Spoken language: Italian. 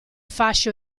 fasce